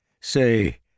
Say